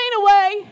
away